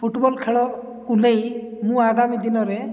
football ଖେଳକୁ ନେଇ ମୁଁ ଆଗାମୀ ଦିନରେ